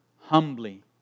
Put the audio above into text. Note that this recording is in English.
humbly